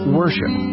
worship